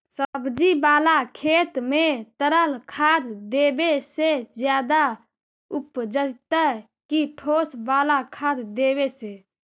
सब्जी बाला खेत में तरल खाद देवे से ज्यादा उपजतै कि ठोस वाला खाद देवे से?